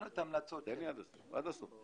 לעניות דעתך,